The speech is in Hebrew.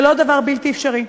וזה לא דבר בלתי אפשרי.